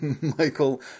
michael